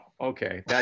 Okay